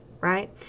right